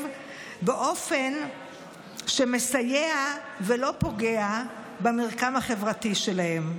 באופן שמסייע ולא פוגע במרקם החברתי שלהם.